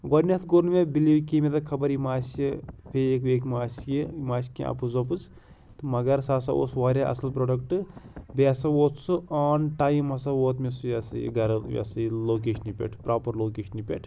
گۄڈنٮ۪تھ کوٚر نہٕ مےٚ بِلِنٛگ کینٛہہ مےٚ دوٚپ خبر یہِ ما آسہِ فیک ویک ما آسہِ یہِ یہِ ما آسہِ کینٛہہ اَپُز وَپُز تہٕ مگر سُہ ہَسا اوس واریاہ اَصٕل پرٛوڈَکٹ بیٚیہِ ہَسا ووت سُہ آن ٹایم ہَسا ووت مےٚ سُہ یہِ ہَسا یہِ گَرٕ یہِ ہَسا یہِ لوکیشنہِ پٮ۪ٹھ پرٛاپَر لوکیشنہِ پٮ۪ٹھ